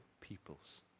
peoples